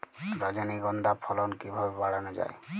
রজনীগন্ধা ফলন কিভাবে বাড়ানো যায়?